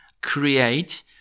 create